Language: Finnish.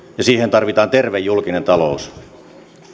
ja siihen tarvitaan terve julkinen talous